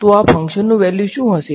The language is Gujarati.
તો આ ફંક્શનનું વેલ્યુ શું હશે